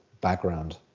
background